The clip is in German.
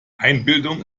einbildung